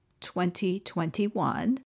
2021